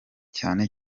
cyane